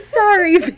sorry